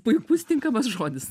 puikus tinkamas žodis